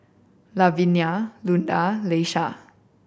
Lavinia Luna Leisha